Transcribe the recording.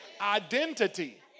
Identity